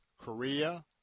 Korea